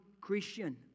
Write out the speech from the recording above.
Christian